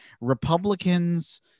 republicans